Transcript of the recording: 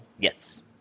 Yes